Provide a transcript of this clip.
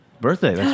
birthday